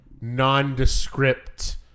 nondescript